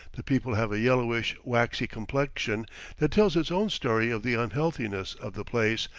the people have a yellowish, waxy complexion that tells its own story of the unhealthiness of the place,